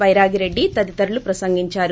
బైరాగిరెడ్డి తదితరులు ప్రసంగించారు